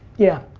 yeah.